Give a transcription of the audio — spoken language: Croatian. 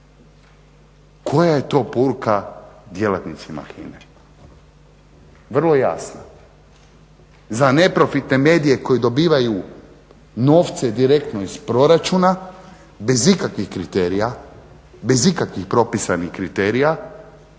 Koja je to poruka djelatnicima HINA-e? Vrlo jasna. Za neprofitne medije koji dobivaju novce direktno iz proračuna bez ikakvih kriterija, bez ikakvih propisanih kriterija